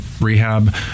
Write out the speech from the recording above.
rehab